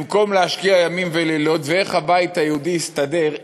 במקום להשקיע ימים ולילות איך הבית היהודי יסתדר,